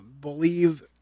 believe